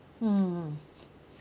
hmm